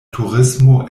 turismo